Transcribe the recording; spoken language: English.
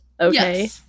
okay